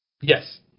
Yes